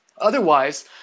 Otherwise